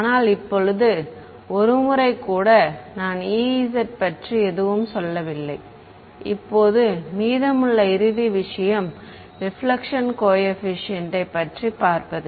ஆனால் இப்போது ஒரு முறை கூட நான் ez பற்றி எதுவும் சொல்லவில்லை இப்போது மீதமுள்ள இறுதி விஷயம் ரெபிலெக்ஷன் கோஏபிசியன்ட் ஐ பற்றி பார்ப்பது